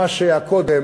מה שהיה קודם